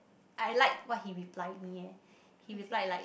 I like what he reply me eh he reply like